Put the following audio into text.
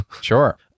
Sure